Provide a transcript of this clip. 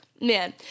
man